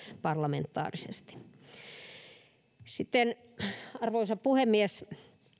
parlamentaarisesti sitten arvoisa puhemies